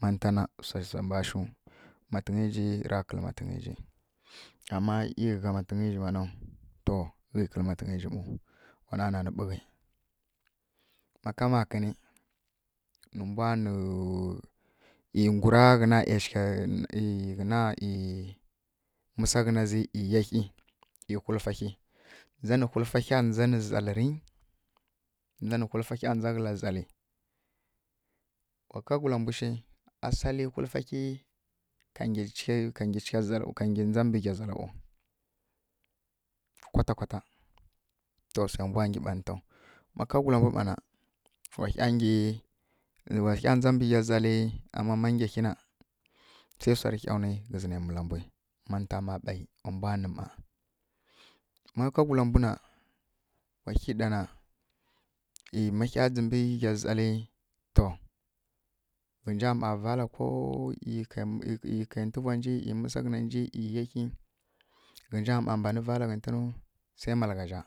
Ma ntana wsa mba shu matǝngyiji ra kǝlǝ matǝngyiji ama e ghana matǝngyiji mana to ghi kǝlǝ matǝngyiji mau wana nanǝ ɓughi ma ka makǝni nǝmbwa nǝ e ngwura ghǝna ˈyashǝghaɦi mǝsaghǝnazi e yeɦi e whulfa ɦi ndza nǝ whulfa ɦya ndza nǝ zaliri ndza nǝ whulfa hya ndza kǝla zali wa whulfa ka gwula mbwushi asali ka ngyi ndza ɓa mbǝgha zalǝɓo kwatakwata to wse mbwa ngyi ɓa nǝtaw ma kagula mbwu mana wahya ngyi wahya ndza mbǝ gha zali ama ma gha hyi na se wsarǝ hya nwi ghǝzǝna mǝla mbwi manǝtama ɓe wa mbwa nǝ ma, ma kagula mbu na wahyi ɗana ei mahya dzǝmbǝ gha zali ghǝnja ma vaala ko ee kei ntuvwanji ei m. usaghǝnanji ei yeɦi ghǝnja ma mbanǝ vaala ghǝntǝnu se malghazja